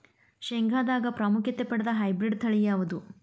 ಶೇಂಗಾದಾಗ ಪ್ರಾಮುಖ್ಯತೆ ಪಡೆದ ಹೈಬ್ರಿಡ್ ತಳಿ ಯಾವುದು?